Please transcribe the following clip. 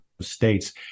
states